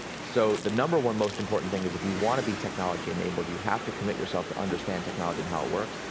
so the number one most important thing is, if you want to be technology enabled, you have to commit yourself to understand technology and how it works.